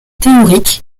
théoriques